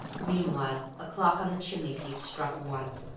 meanwhile a clock on the chimney-piece struck one,